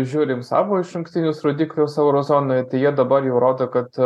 žiūrim savo išankstinius rodiklius euro zonoj tai jie dabar jau rodo kad